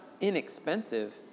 inexpensive